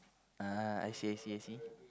ah I see I see I see